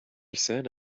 said